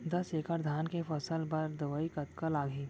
दस एकड़ धान के फसल बर दवई कतका लागही?